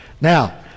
Now